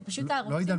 לא עידן פלוס.